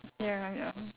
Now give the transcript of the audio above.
ya ya